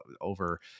over